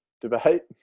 debate